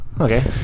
okay